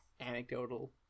anecdotal